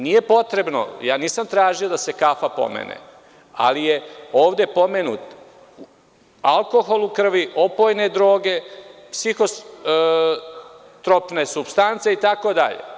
Nije potrebno, ja nisam tražio da se kafa pomene, ali je ovde pomenut alkohol u krvi, opojne droge, psihotropne supstance itd.